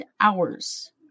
hours